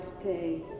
today